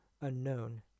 unknown